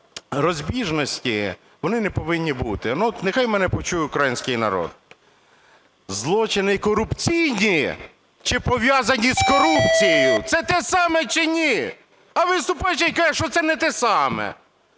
розбіжності вони не повинні бути. Ну, нехай мене почує український народ. Злочини корупційні чи пов'язані з корупцією – це те саме чи ні? А виступаючий каже, що це не те саме,